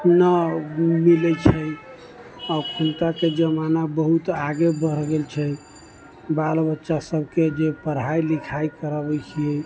न मिलै छै अखुनकाके जमाना बहुत आगे बढ़ गेल छै बाल बच्चा सबके जे पढ़ाइ लिखाइ करबै छी